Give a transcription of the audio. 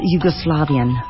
Yugoslavian